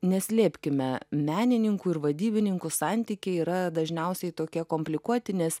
neslėpkime menininkų ir vadybininkų santykiai yra dažniausiai tokie komplikuoti nes